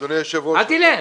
אני חוזר.